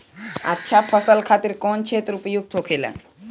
अच्छा फसल खातिर कौन क्षेत्र उपयुक्त होखेला?